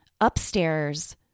upstairs